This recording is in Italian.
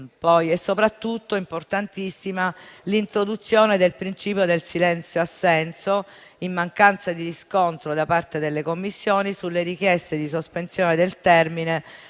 Soprattutto, è importantissima l'introduzione del principio del silenzio-assenso, in mancanza di riscontro da parte delle Commissioni sulle richieste di sospensione del termine